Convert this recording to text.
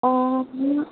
অঁ